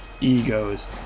egos